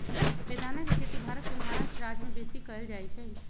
बेदाना के खेती भारत के महाराष्ट्र राज्यमें बेशी कएल जाइ छइ